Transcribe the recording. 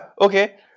okay